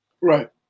right